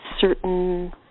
certain